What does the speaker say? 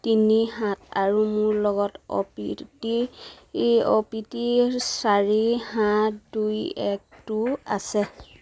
তিনি সাত আৰু মোৰ লগত O T P O T P চাৰি সাত দুই একটো আছে